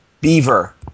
Beaver